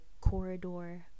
corridor